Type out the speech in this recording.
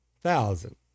thousand